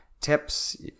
tips